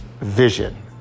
vision